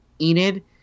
enid